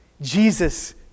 Jesus